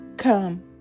Come